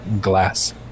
glass